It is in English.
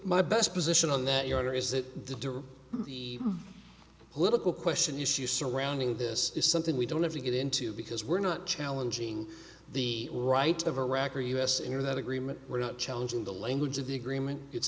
my best position on that your honor is that the door the political question issues surrounding this is something we don't have to get into because we're not challenging the right of iraq or us into that agreement we're not challenging the language of the agreement it's